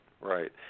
Right